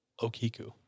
Okiku